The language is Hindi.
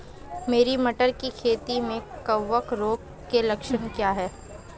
मेरी मटर की खेती में कवक रोग के लक्षण क्या हैं?